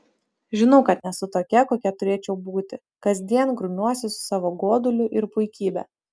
žinau kad nesu tokia kokia turėčiau būti kasdien grumiuosi su savo goduliu ir puikybe